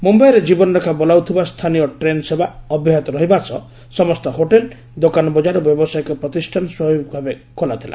ମୁମ୍ବାଇର ଜୀବନରେଖା ବୋଲାଉଥିବା ସ୍ଥାନୀୟ ଟ୍ରେନ୍ସେବା ଅବ୍ୟାହତ ରହିବା ସହ ସମସ୍ତ ହୋଟେଲ୍ ଦୋକାନ ବଜାର ଓ ବ୍ୟାବସାୟିକ ପ୍ରତିଷ୍ଠାନ ସ୍ୱାଭାବିକ ଭାବେ ଖୋଲାଥିଲା